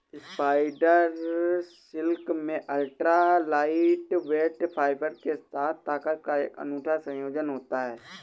spider silk में ultra lightweight fibre के साथ ताकत का एक अनूठा संयोजन होता है